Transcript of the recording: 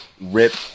rip